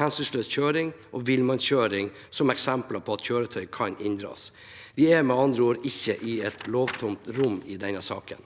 hensynsløs kjøring og villmannskjøring som eksempler på at kjøretøy kan inndras. Vi er med andre ord ikke i et lovtomt rom i denne saken.